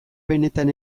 benetan